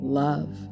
love